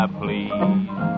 please